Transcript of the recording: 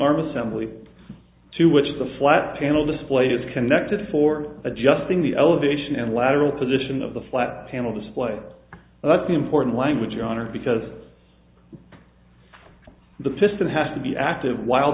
arm assembly to which the flat panel display is connected for adjusting the elevation and lateral position of the flat panel display and that's the important language your honor because the piston has to be active while